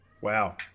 Wow